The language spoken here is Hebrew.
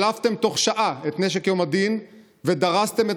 שלפתם בתוך שעה את נשק יום הדין ודרסתם את